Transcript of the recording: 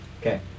Okay